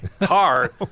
car